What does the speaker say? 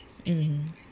mmhmm